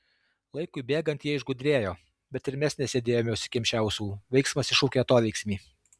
laikui bėgant jie išgudrėjo bet ir mes nesėdėjome užsikimšę ausų veiksmas iššaukia atoveiksmį